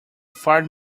fired